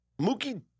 Mookie